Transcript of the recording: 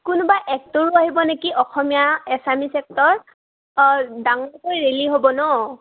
কোনোবা এক্টৰো আহিব নেকি অসমীয়া এছামিজ এক্টৰ অঁ ডাঙৰকৈ ৰেলি হ'ব ন